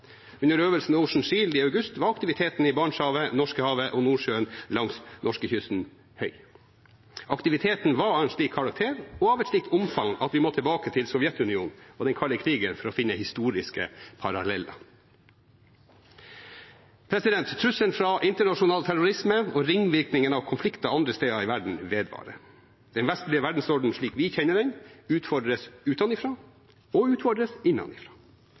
Under øvelsen Ocean Shield i august var aktiviteten i Barentshavet, Norskehavet og Nordsjøen langs norskekysten høy. Aktiviteten var av en slik karakter og av et slikt omfang at vi må tilbake til Sovjetunionen og den kalde krigen for å finne historiske paralleller. Trusselen fra internasjonal terrorisme og ringvirkningene av konflikter andre steder i verden vedvarer. Den vestlige verdensorden slik vi kjenner den, utfordres utenfra og utfordres